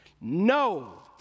No